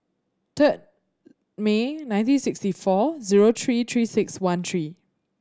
third May nineteen sixty four zero three Three Six One three